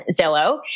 Zillow